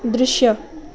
दृश्य